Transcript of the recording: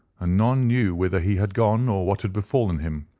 ah none knew whither he had gone or what had befallen him.